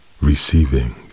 receiving